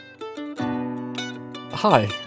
Hi